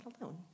alone